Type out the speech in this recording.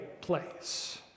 place